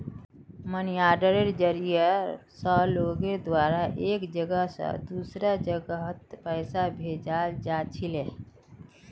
money आर्डरेर जरिया स लोगेर द्वारा एक जगह स दूसरा जगहत पैसा भेजाल जा छिले